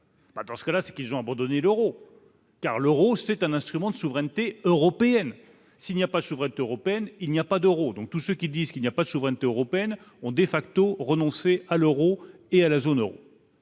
parce que là, ce qu'ils ont abandonné l'Euro car l'Euro, c'est un instrument de souveraineté européenne, s'il n'y a pas Chevrette européenne il n'y a pas d'euros donc tous ceux qui disent qu'il n'y a pas de souveraineté européenne ont des facto renoncer à l'Euro et à la zone Euro.